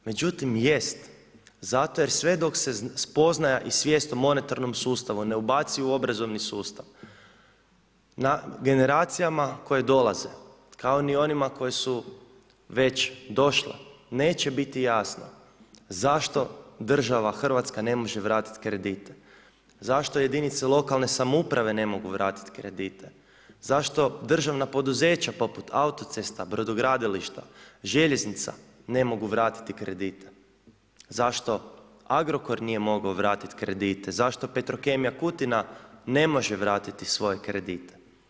Međutim, jest zato jer sve dok se spoznaja i svijest o monetarnom sustavu ne ubaci u obrazovni sustav generacijama koje dolaze kao ni onima koje su već došle neće biti jasno zašto država Hrvatska ne može vratiti kredite, zašto jedinice lokalne samouprave ne mogu vratiti kredite, zašto državna poduzeća poput Autocesta, brodogradilišta, željeznica ne mogu vratiti kredite, zašto Agrokor nije mogao vratiti kredite, zašto Petrokemija Kutina ne može vratiti svoje kredite.